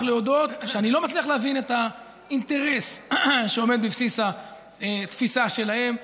להודות שאני לא מצליח להבין את האינטרס שעומד בבסיס התפיסה שלהם.